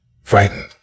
frightened